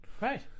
Right